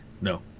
No